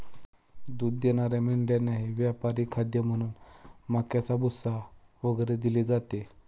दूध देणाऱ्या मेंढ्यांनाही व्यापारी खाद्य म्हणून मक्याचा भुसा वगैरे दिले जाते